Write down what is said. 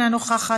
אינה נוכחת,